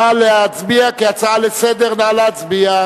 נא להצביע, כהצעה לסדר-היום.